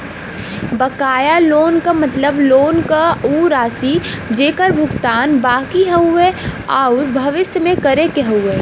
बकाया लोन क मतलब लोन क उ राशि जेकर भुगतान बाकि हउवे आउर भविष्य में करे क हउवे